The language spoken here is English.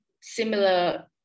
similar